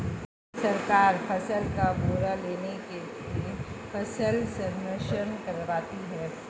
सरकार फसल का ब्यौरा लेने के लिए फसल सर्वेक्षण करवाती है